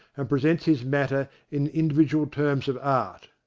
and presents his matter in individual terms of art.